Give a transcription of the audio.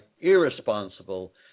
irresponsible